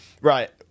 right